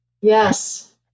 Yes